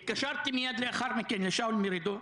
התקשרתי מייד לאחר מכן לשאול מרידור,